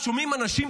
שומעים אנשים,